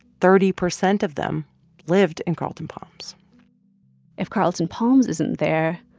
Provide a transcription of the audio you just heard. thirty percent of them lived in carlton palms if carlton palms isn't there,